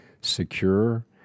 secure